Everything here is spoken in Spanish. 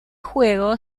juego